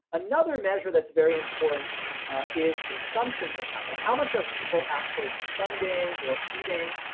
another measure that's very important is consumption per capita. how much are people actually spending or eating?